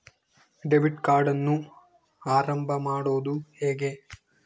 Debit ಕಾರ್ಡನ್ನು ಆರಂಭ ಮಾಡೋದು ಹೇಗೆ?